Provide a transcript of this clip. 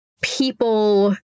people